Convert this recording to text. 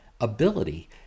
ability